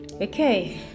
okay